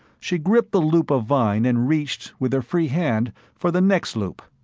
she gripped the loop of vine and reached, with her free hand, for the next loop.